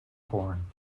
born